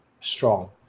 strong